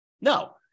No